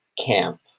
camp